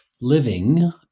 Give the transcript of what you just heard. living